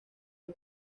del